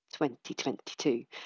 2022